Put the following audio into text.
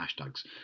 hashtags